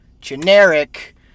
generic